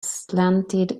slanted